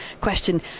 Question